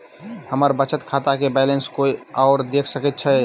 हम्मर बचत खाता केँ बैलेंस कोय आओर देख सकैत अछि की